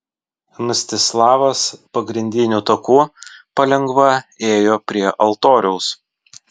mstislavas pagrindiniu taku palengva ėjo prie altoriaus